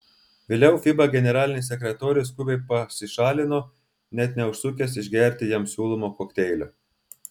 vėliau fiba generalinis sekretorius skubiai pasišalino net neužsukęs išgerti jam siūlomo kokteilio